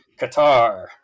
qatar